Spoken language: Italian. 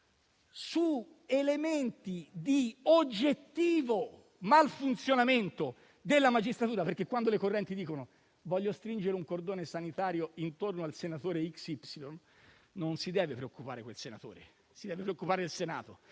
su elementi di oggettivo malfunzionamento della magistratura, perché, quando le correnti dicono di voler stringere un cordone sanitario intorno al senatore X o Y, non si deve preoccupare quel senatore, ma il Senato.